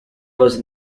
was